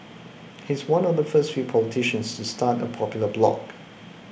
he's one of the first few politicians start a popular blog